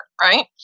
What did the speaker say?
right